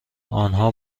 آنها